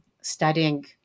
studying